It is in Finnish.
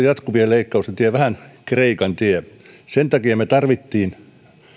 jatkuvien leikkausten tie vähän kreikan tie sen takia me tarvitsimme